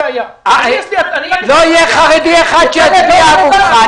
לא יהיה חרדי אחד שיצביע עבורך.